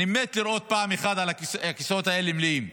אני מת לראות פעם אחת את הכיסאות האלה מלאים.